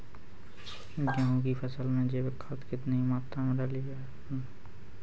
गेहूँ की फसल में जैविक खाद कितनी मात्रा में डाली जाती है?